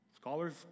scholars